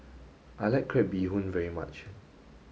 I like Crab Bee Hoon very much